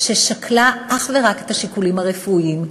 ששקלה אך ורק את השיקולים הרפואיים,